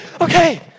okay